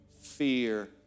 fear